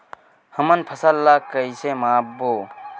हमन फसल ला कइसे माप बो?